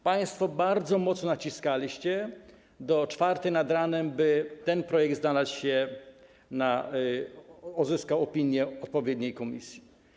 Państwo bardzo mocno naciskaliście, do czwartej nad ranem, by ten projekt uzyskał opinię odpowiedniej komisji.